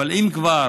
אבל אם כבר